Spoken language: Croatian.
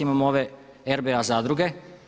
Imamo ove RBA zadruge.